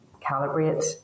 calibrate